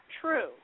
true